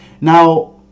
Now